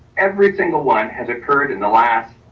every single one has occurred in the last